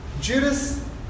Judas